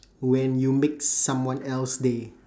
when you make someone else day